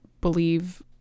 believe